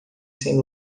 sem